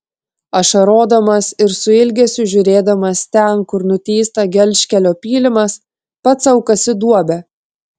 ašarodamas ir su ilgesiu žiūrėdamas ten kur nutįsta gelžkelio pylimas pats sau kasi duobę